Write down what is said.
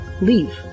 Leave